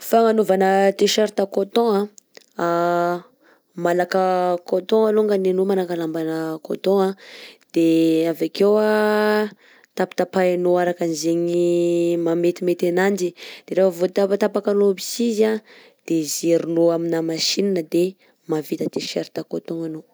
Fagnanaovana T-shirt coton a: malaka coton alongany anao malaka lambana coton, de avekeo tapataphinao araka ny zegny mahametimety ananjy, de rehefa vaotapatapakanao aby sy izy de zerinao amina machine de mahavita T-shirt coton anao.